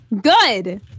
Good